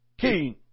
King